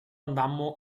andammo